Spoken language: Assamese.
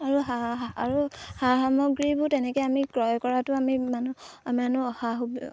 আৰু আৰু সা সামগ্ৰীবোৰ তেনেকৈ আমি ক্ৰয় কৰাতো আমি মানুহ অহা সুবি